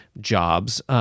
jobs